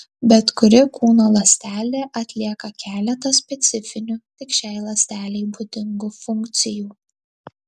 bet kuri kūno ląstelė atlieka keletą specifinių tik šiai ląstelei būdingų funkcijų